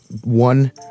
one